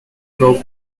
broke